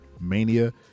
Mania